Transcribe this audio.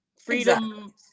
Freedom